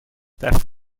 deft